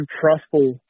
trustful